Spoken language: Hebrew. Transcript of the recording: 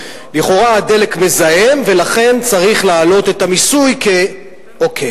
לכאורה הדלק מזהם ולכן צריך להעלות את המיסוי כדי,